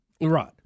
Right